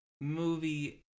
movie